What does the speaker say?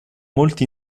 molti